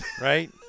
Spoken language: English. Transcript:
right